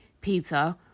Peter